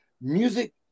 Music